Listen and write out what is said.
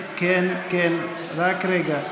רגע.